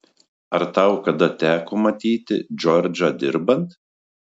ar tau kada teko matyti džordžą dirbant